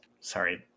sorry